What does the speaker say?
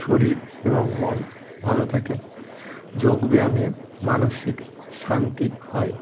শরীর এবং মন ভালো থাকে যোগব্যায়ামে মানসিক শান্তি হয়